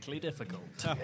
difficult